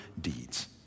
deeds